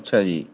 ਅੱਛਾ ਜੀ